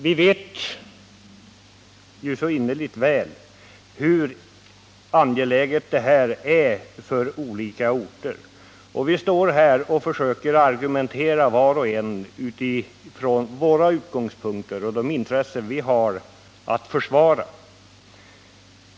Vi vet så innerligt väl hur angelägen den här frågan är för de olika orter som berörs, men här står vi nu och argumenterar var och en utifrån sina utgångspunkter och de egna intressen vi har att försvara.